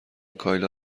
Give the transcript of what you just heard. کایلا